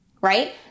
Right